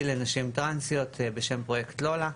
לנשים טראנסיות בשם "פרויקט לולה".